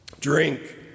drink